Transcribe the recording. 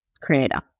creator